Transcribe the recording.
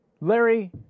Larry